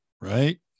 right